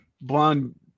blonde